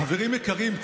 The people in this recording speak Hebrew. חברים יקרים,